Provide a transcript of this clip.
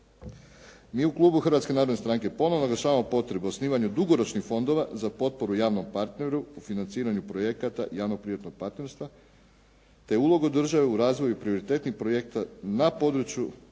Mi u klubu Hrvatske narodne stranke ponovno naglašavamo potrebu za osnivanje dugoročnih fondova za potporu javnom partneru u financiranju projekata javno-privatnog partnerstva te ulogu države u razvoju i prioritetnih projekta na području jedinica lokalne